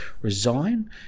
resign